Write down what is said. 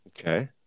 Okay